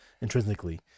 intrinsically